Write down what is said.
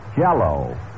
Jello